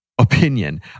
Opinion